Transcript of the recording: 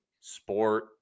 sport